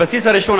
הבסיס הראשון,